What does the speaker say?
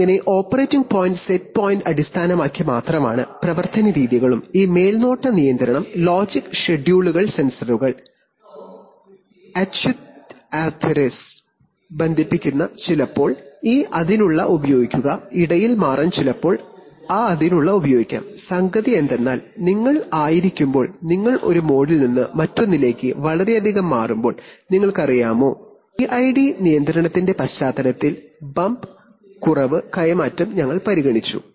അതിനാൽ operating point set point അടിസ്ഥാനമാക്കി പ്രവർത്തന രീതികളും മേൽനോട്ട നിയന്ത്രണം ലോജിക് ഷെഡ്യൂളുകൾ സെൻസറുകൾ actuators ഉപയോഗിക്കാം ഒരു മോഡിൽ നിന്ന് മറ്റൊന്നിലേക്ക് വളരെയധികം മാറുമ്പോൾ PID നിയന്ത്രണത്തിന്റെ പശ്ചാത്തലത്തിൽ ബംപ് കുറവ് കൈമാറ്റം പരിഗണിക്കുന്നു